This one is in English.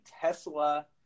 Tesla